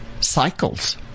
cycles